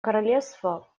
королевство